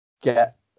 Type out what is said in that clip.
get